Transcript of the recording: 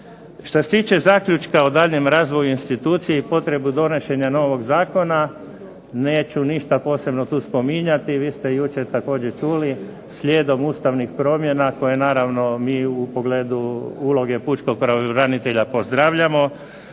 Šta se tiče zaključka o daljnjem razvoju institucije i potrebu donošenja novog zakona, neću ništa posebno tu spominjati. Vi ste jučer također čuli, slijedom Ustavnih promjena koje naravno mi u pogledu uloge Pučkog pravobranitelja pozdravljamo,